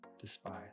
despise